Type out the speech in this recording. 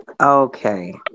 Okay